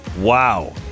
Wow